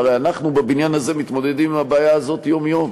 והרי אנחנו בבניין הזה מתמודדים עם הבעיה הזאת יום-יום.